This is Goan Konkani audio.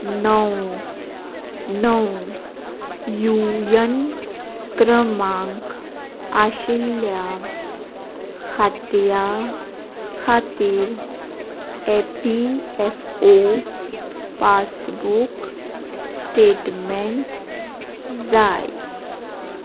णव णव यु ए एन क्रमांक आशिल्ल्या खात्या खातीर E P F O passbook statement जाय